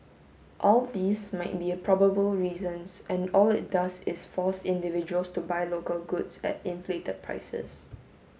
all these might be a probable reasons and all it does is force individuals to buy local goods at inflated prices